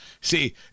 See